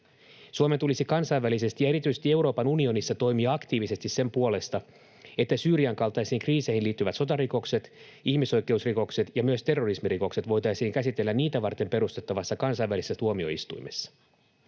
Suomen tulisi kansainvälisesti ja erityisesti Euroopan unionissa toimia aktiivisesti sen puolesta, että Syyrian kaltaisiin kriiseihin liittyvät sotarikokset, ihmisoikeusrikokset ja myös terrorismirikokset voitaisiin käsitellä niitä varten perustettavassa kansainvälisessä tuomioistuimessa.